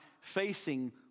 facing